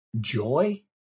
joy